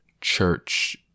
church